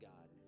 God